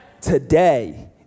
Today